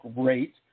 great